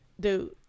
Dude